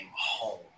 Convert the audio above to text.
home